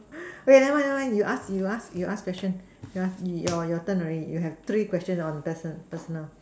okay never mind never mind you ask you ask you ask question you ask your your turn already you have three questions on test test now